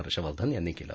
हर्षवर्धन यांनी केलं